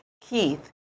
Keith